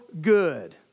good